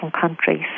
countries